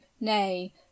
nay